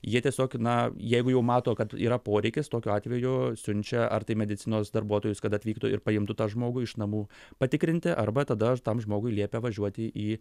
jie tiesiog na jeigu jau mato kad yra poreikis tokiu atveju siunčia ar tai medicinos darbuotojus kad atvyktų ir paimtų tą žmogų iš namų patikrinti arba tada tam žmogui liepia važiuoti į